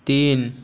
तीन